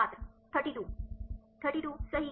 छात्र 32 32 सही